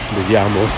Vediamo